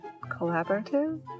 Collaborative